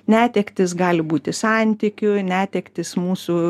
netektys gali būti santykių netektys mūsų